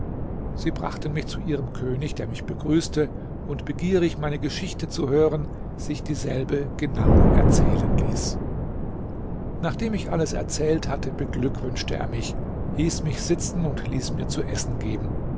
sie brachten mich zu ihrem könig der mich begrüßte und begierig meine geschichte zu hören sich dieselbe genau erzählen ließ nachdem ich alles erzählt hatte beglückwünschte er mich hieß mich sitzen und ließ mir zu essen geben